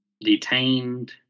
detained